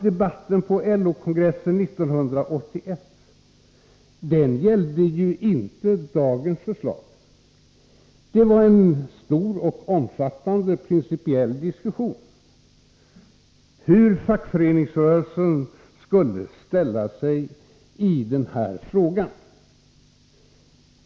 Debatten på LO-kongressen 1981 gällde ju inte dagens förslag, utan där fördes en stor och omfattande principiell diskussion om hur fackföreningsrö relsen skulle ställa sig i den här frågan.